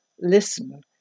listen